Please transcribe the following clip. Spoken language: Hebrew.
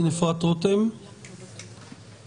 אפשר לומר שנמצא פעם נוספת לצערנו וגם שלא לצערנו.